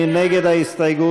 מי נגד ההסתייגות?